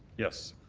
yes.